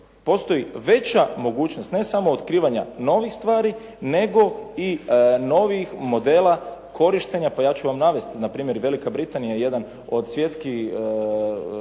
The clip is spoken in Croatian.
postoji veća mogućnost ne samo otkrivanja novih stvari nego i novijih modela korištenja. Pa ja ću vam navesti npr. i Velika Britanija je jedna od zemalja